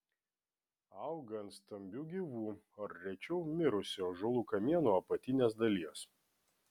auga ant stambių gyvų ar rečiau mirusių ąžuolų kamienų apatinės dalies